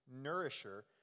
nourisher